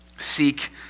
seek